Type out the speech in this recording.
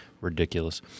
Ridiculous